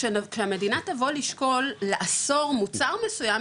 כשהמדינה תבוא לשקול לאסור מוצר מסוים,